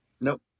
Nope